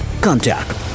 Contact